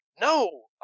No